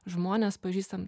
žmones pažįstam